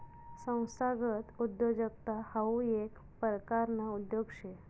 संस्थागत उद्योजकता हाऊ येक परकारना उद्योग शे